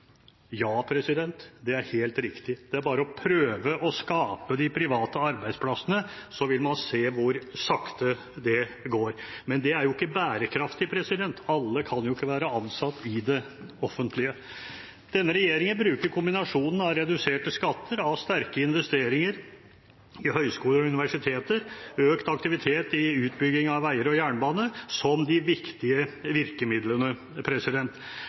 Ja, det er helt riktig – det er bare å prøve å skape de private arbeidsplassene, så vil man se hvor sakte det går. Men det er ikke bærekraftig. Alle kan ikke være ansatt i det offentlige. Denne regjeringen bruker kombinasjonen av reduserte skatter, sterke investeringer i høyskoler og universiteter og økt aktivitet i utbygging av veier og jernbane som de viktige virkemidlene.